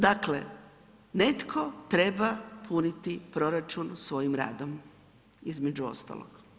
Dakle, netko treba puniti proračun svojim radom, između ostalog.